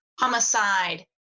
homicide